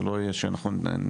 זה לא יהיה שאנחנו נהיה